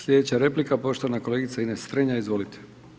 Slijedeća replika poštovana kolegice Ines Strenja, izvolite.